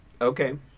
Okay